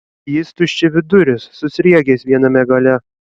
jis tuščiaviduris su sriegiais viename gale